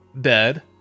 dead